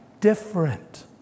different